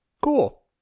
Cool